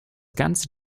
ganze